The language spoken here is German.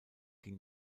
ging